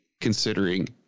considering